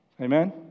Amen